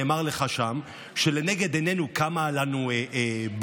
נאמר לך שם שלנגד עינינו קמה לנו "בדואיסטן",